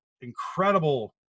incredible